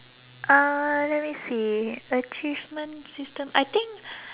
uh let me see achievement system I think